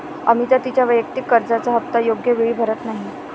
अमिता तिच्या वैयक्तिक कर्जाचा हप्ता योग्य वेळी भरत नाही